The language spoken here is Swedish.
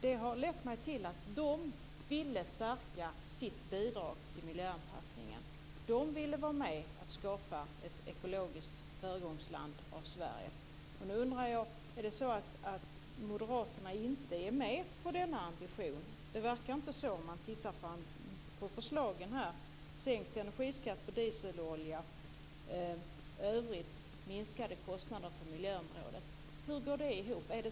Det ledde mig till uppfattningen att de vill stärka sitt bidrag till miljöanpassningen. De vill vara med om att skapa ett ekologiskt föregångsland av Sverige. Jag undrar nu om det är så att moderaterna inte är med på denna ambition. Det verkar inte så om man tittar på förslagen här, om sänkt energiskatt på dieselolja och i övrigt minskade kostnader på miljöområdet. Hur går det ihop?